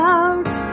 out